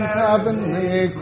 heavenly